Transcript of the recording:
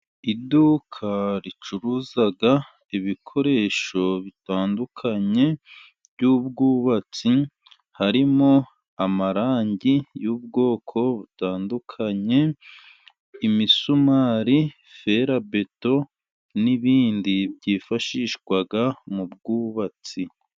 Iduka ricuruza ibikoresho bitandukanye by'ubwubatsi harimo amarangi y'ubwoko butandukanye, imisumari fera beto n'ibindi byifashishwa mu bwubatsi.